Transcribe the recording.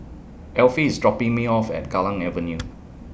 Affie IS dropping Me off At Kallang Avenue